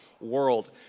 world